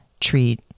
treat